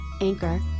Anchor